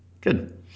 Good